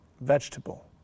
vegetable